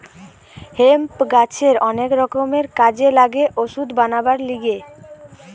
hemp গাছের অনেক রকমের কাজে লাগে ওষুধ বানাবার লিগে